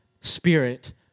Spirit